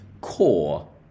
core